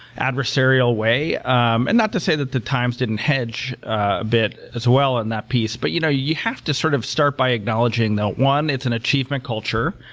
adversarial way. um and not to say that the times didn't hedge a bit as well on that piece, but you know you have to sort of start by acknowledging that, one, it's an achievement culture.